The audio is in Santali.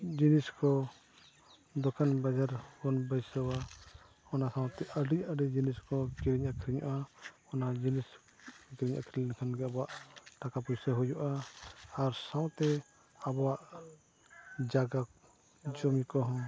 ᱡᱤᱱᱤᱥ ᱠᱚ ᱫᱚᱠᱟᱱ ᱵᱟᱡᱟᱨ ᱵᱚᱱ ᱵᱟᱹᱭᱥᱟᱹᱣᱟ ᱚᱱᱟ ᱥᱟᱶᱛᱮ ᱟᱹᱰᱤ ᱟᱹᱰᱤ ᱡᱤᱱᱤᱥ ᱠᱚ ᱠᱤᱨᱤᱧ ᱟᱹᱠᱷᱨᱤᱧᱚᱜᱼᱟ ᱚᱱᱟ ᱡᱤᱱᱤᱥ ᱠᱤᱨᱤᱧ ᱟᱹᱠᱷᱨᱤᱧ ᱞᱮᱠᱷᱟᱱᱜᱮ ᱟᱵᱚᱣᱟᱜ ᱴᱟᱠᱟ ᱯᱚᱭᱥᱟ ᱦᱩᱭᱩᱜᱼᱟ ᱟᱨ ᱥᱟᱶᱛᱮ ᱟᱵᱚᱣᱟᱜ ᱡᱟᱭᱜᱟ ᱡᱚᱢᱤ ᱠᱚᱦᱚᱸ